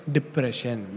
Depression